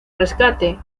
rescate